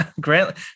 Grant